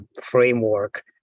framework